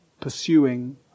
pursuing